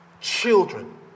children